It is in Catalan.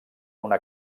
una